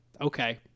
okay